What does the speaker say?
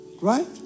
Right